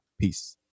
Peace